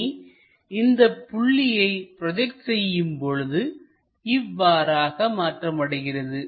இனி இந்த புள்ளியை ப்ரோஜெக்ட் செய்யும்பொழுது இவ்வாறாக மாற்றமடைகிறது